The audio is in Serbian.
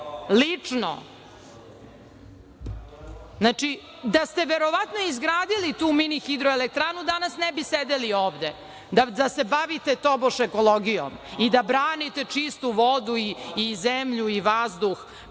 lično. Znači, da ste verovatno izgradili tu mini hidroelektranu danas ne bi sedeli ovde, da se bavite tobož ekologijom i da branite čistu vodu i zemlju i vazduh.